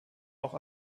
auch